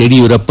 Yediyurappa